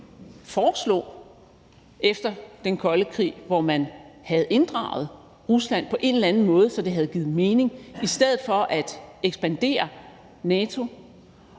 foreslog efter den kolde krig, og have inddraget Rusland på en eller anden måde, så det havde givet mening, i stedet for at ekspandere NATO